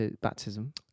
baptism